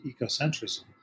ecocentrism